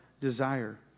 desire